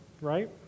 right